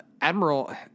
Admiral